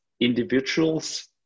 individuals